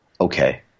okay